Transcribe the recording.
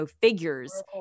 figures